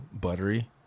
Buttery